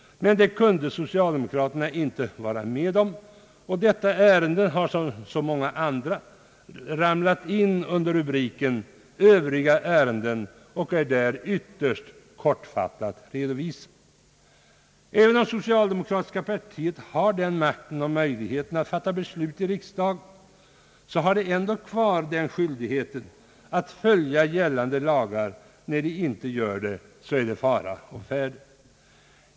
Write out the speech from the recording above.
Detta kunde socialdemokraterna inte vara med om, varför detta ärende som så många andra hamnat under rubriken »Övriga ärenden» där det redovisas ytterst kortfattat. även om det socialdemokratiska partiet har makt och möjlighet att fatta beslut i riksdagen har man ändå kvar skyldigheten att följa gällande lagar. När detta inte sker är det fåra å färde.